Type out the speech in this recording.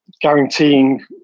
guaranteeing